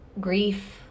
grief